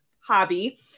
hobby